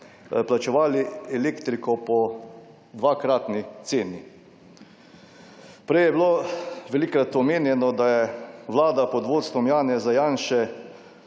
plačevali elektriko po dvakratni ceni. Prej je bilo velikokrat omenjeno, da je vlada pod vodstvom Janeza Janše